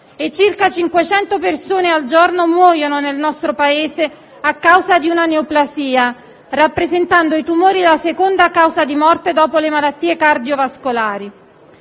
e circa 500 persone al giorno muoiono nel nostro Paese a causa di una neoplasia, rappresentando i tumori la seconda causa di morte dopo le malattie cardiovascolari.